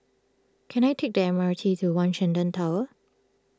can I take the M R T to one Shenton Tower